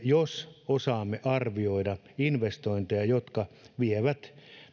jos osaamme arvioida investointeja jotka vievät